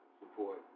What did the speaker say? support